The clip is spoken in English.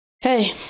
Hey